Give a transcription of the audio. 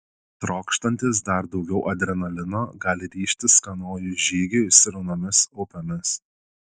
trokštantys dar daugiau adrenalino gali ryžtis kanojų žygiui srauniomis upėmis